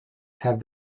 have